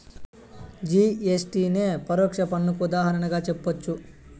GST నే పరోక్ష పన్నుకు ఉదాహరణగా జెప్పచ్చు